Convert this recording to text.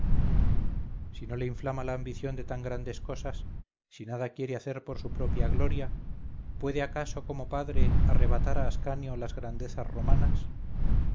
si no le inflama la ambición de tan grandes cosas si nada quiere hacer por su propia gloria puede acaso como padre arrebatar a ascanio las grandezas romanas